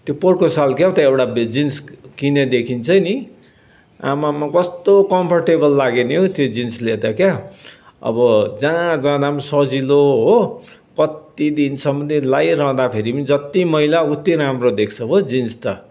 त्यो पोहोरको साल क्या हो त एउटा जिन्स किनेदेखि चाहिँ नि आम्मामा कस्तो कम्फोर्टेबल लाग्यो नि हौ त्यो जिन्सले त क्या अब जहाँ जाँदा पनि सजिलो हो कत्ति दिनसम्म लगाइरहँदाखेरि पनि जत्ति मैला उत्ति राम्रो देख्छ हो जिन्स त